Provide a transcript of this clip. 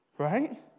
Right